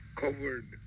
covered